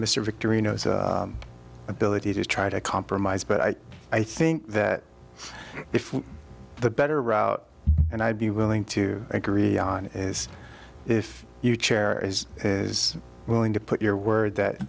mr victory and ability to try to compromise but i i think that if the better route and i would be willing to agree on is if you chair is is willing to put your word that